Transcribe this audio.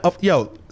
yo